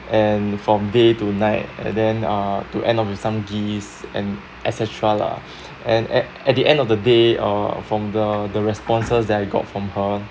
and from day to night and then uh to end up with some gifts and etc etera lah and at at the end of the day uh from the the responses that I got from her